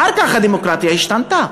אחר כך הדמוקרטיה השתנתה.